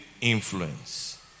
influence